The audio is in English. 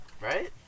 Right